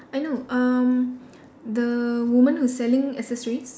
I know um the woman who's selling accessories